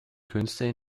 künste